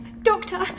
Doctor